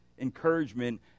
encouragement